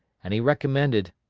and he recommended,